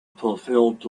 fulfilled